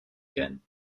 again